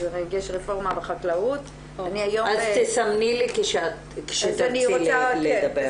יש רפורמה בחקלאות --- אז תסמני לי כשתרצי לדבר.